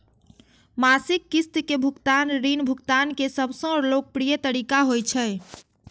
मासिक किस्त के भुगतान ऋण भुगतान के सबसं लोकप्रिय तरीका होइ छै